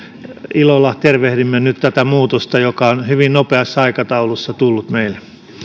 ilolla tervehdimme nyt tätä muutosta joka on hyvin nopeassa aikataulussa tullut meille